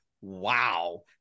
wow